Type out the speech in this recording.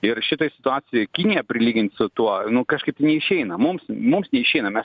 ir šitoj situacijoj kiniją prilygint su tuo nu kažkaip tai neišeina mums mums neišeina mes